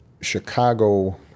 Chicago